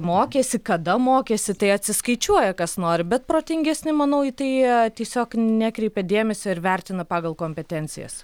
mokėsi kada mokėsi tai atsiskaičiuoja kas nori bet protingesni manau į tai tiesiog nekreipia dėmesio ir vertina pagal kompetencijas